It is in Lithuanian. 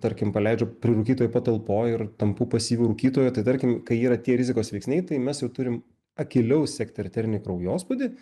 tarkim praleidžiu prirūkytoj pataploj ir tampu pasyviu rūkytoju tai tarkim kai yra tie rizikos veiksniai tai mes jau turim akyliau sekti arterinį kraujospūdį